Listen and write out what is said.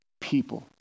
people